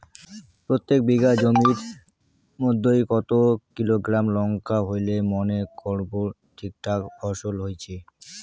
প্রত্যেক বিঘা জমির মইধ্যে কতো কিলোগ্রাম লঙ্কা হইলে মনে করব ঠিকঠাক ফলন হইছে?